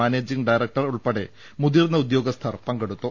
managing director ഉൾപ്പെടെ മുതിർന്ന ഉദ്യോഗസ്ഥർ പങ്കെടുത്തു